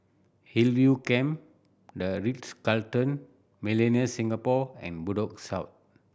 Hillview Camp The Ritz Carlton Millenia Singapore and Bedok South